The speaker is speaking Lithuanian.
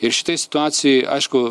ir šitoj situacijoj aišku